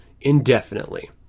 indefinitely